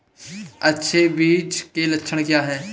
अच्छे बीज के लक्षण क्या हैं?